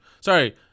Sorry